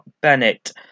Bennett